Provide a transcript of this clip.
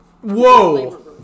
Whoa